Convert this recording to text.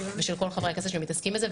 ושל כל חברי הכנסת שמתעסקים בזה,